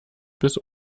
bis